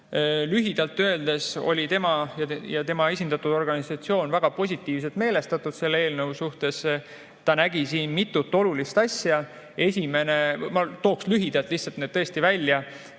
Lühidalt öeldes olid tema ja tema esindatav organisatsioon väga positiivselt meelestatud selle eelnõu suhtes. Ta nägi selles mitut olulist asja, ma tooksin lühidalt need välja.